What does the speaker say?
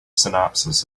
synopsis